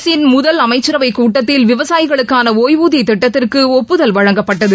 அரசின் முதல் அமைச்சரவைக் கூட்டத்தில் விவசாயிகளுக்கான ஒய்வூதியத் திட்டத்திற்கு ஒப்புதல் வழங்கப்பட்டது